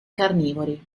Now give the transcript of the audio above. carnivori